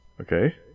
Okay